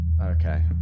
okay